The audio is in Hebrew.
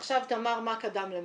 עכשיו, תמר, מה קדם למה?